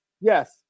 Yes